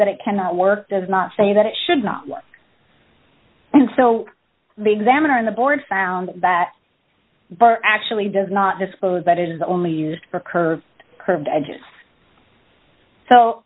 that it cannot work does not say that it should not and so the examiner in the board found that actually does not disclose but is only used for curve curved edges so